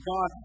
God